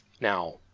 Now